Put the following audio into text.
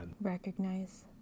recognize